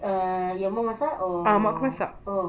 err your mum masak or orh